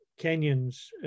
Kenyans